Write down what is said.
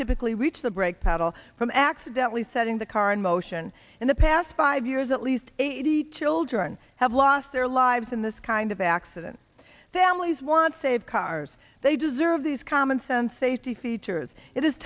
typically reach the brake pedal from accidentally setting the car in motion in the past five years at least eighty children have lost their lives in this kind of accident than lee's want saved cars they deserve these commonsense safety features it is